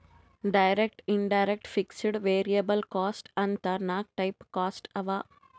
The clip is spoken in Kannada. direct, indirect, fixed, variable cost ಅಂತ್ ನಾಕ್ ಟೈಪ್ ಕಾಸ್ಟ್ ಅವಾ